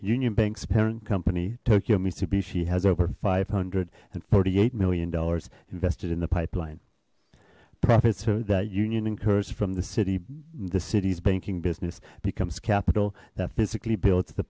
union banks parent company tokyo mitsubishi has over five hundred and forty eight million dollars invested in the pipeline profits for that union incurs from the city the city's banking business becomes capital that physically builds the